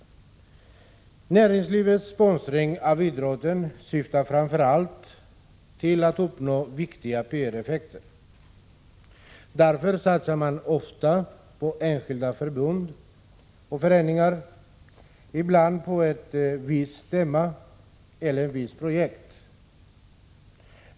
Näringslivets sponsring av idrotten syftar framför allt till att uppnå viktiga PR-effekter. Därför satsar man ofta på enskilda förbund och föreningar och ibland på ett visst tema eller ett visst projekt.